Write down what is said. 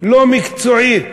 לא מקצועית